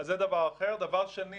דבר שני,